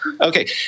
okay